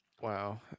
Wow